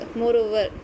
moreover